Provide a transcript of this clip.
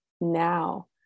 now